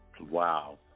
Wow